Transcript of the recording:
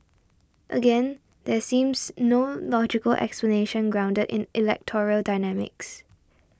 again there seems no logical explanation grounded in electoral dynamics